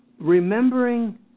remembering